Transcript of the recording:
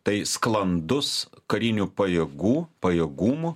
tai sklandus karinių pajėgų pajėgumų